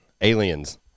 Aliens